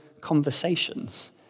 conversations